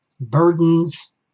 burdens